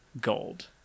gold